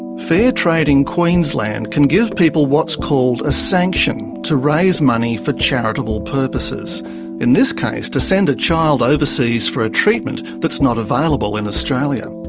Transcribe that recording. fair trading queensland can give people what's called a sanction to raise money for charitable purposes in this case, to send a child overseas for a treatment that's not available in australia.